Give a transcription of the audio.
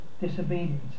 disobedience